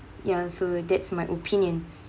ya so that's my opinion